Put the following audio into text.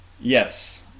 Yes